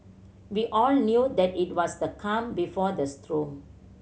we all knew that it was the calm before the storm